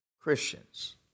Christians